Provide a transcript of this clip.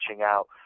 out